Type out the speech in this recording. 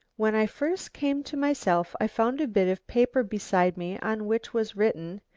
when i first came to myself i found a bit of paper beside me on which was written,